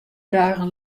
dagen